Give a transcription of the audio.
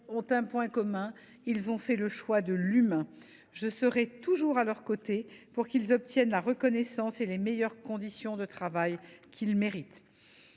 ont un point commun : ils ont fait le choix de l’humain. Je serai toujours à leurs côtés pour qu’ils obtiennent la reconnaissance et les conditions de travail qu’ils méritent.